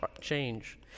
change